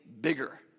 bigger